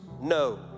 No